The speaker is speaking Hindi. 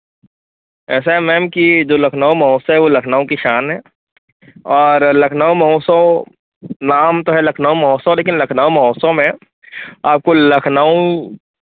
ऐसा है मैम कि ये जो लखनऊ महोत्सव है वह लखनऊ की शान है और लखनऊ महोत्सव नाम तो है लखनऊ महोत्सव लेकिन लखनऊ महोत्सव में आपको लखनऊ